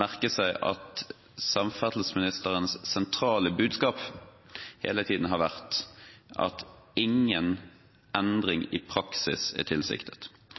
merke seg at samferdselsministerens sentrale budskap hele tiden har vært at ingen endring i praksis er tilsiktet.